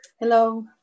Hello